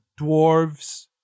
dwarves